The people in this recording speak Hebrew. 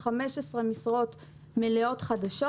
15 משרות מלאות חדשות.